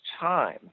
time